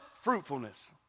fruitfulness